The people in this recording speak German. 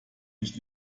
nicht